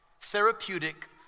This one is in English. therapeutic